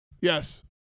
Yes